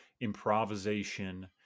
improvisation